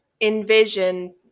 envision